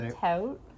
Tout